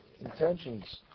intentions